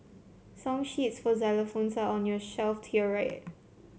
song sheets for xylophones are on your shelf to your right